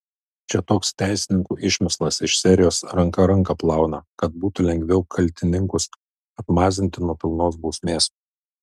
čia toks teisininkų išmislas iš serijos ranka ranką plauna kad būtų lengviau kaltininkus atmazinti nuo pilnos bausmės